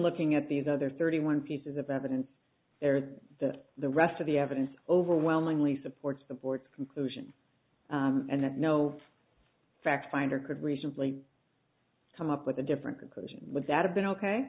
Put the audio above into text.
looking at these other thirty one pieces of evidence there that the rest of the evidence overwhelmingly supports the board's conclusion and that no fact finder could reasonably come up with a different conclusion would that have been ok